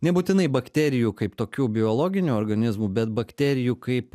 nebūtinai bakterijų kaip tokių biologinių organizmų bet bakterijų kaip